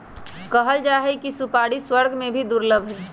कहल जाहई कि सुपारी स्वर्ग में भी दुर्लभ हई